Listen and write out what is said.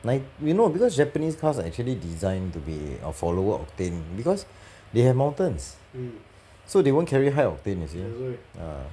nine you know because japanese cars are actually design to be follower octane because they have mountains so they won't carry high octane you see